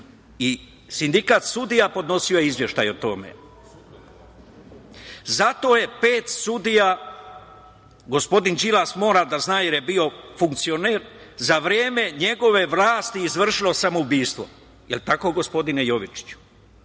Sindikat sudija podnosio je izveštaj o tome. Zato je pet sudija, gospodin Đilas mora da zna jer je bio funkcioner, za vreme njegove vlasti izvršilo samoubistvo. Je li tako, gospodine Jovičiću?